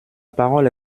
parole